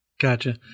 Gotcha